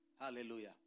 Hallelujah